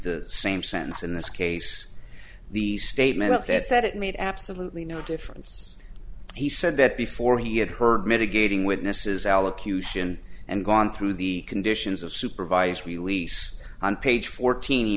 the same sentence in this case the statement that said it made absolutely no difference he said that before he had heard mitigating witnesses allocution and gone through the conditions of supervised release on page fourteen